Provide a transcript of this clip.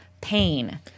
pain